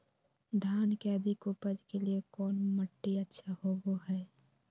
धान के अधिक उपज के लिऐ कौन मट्टी अच्छा होबो है?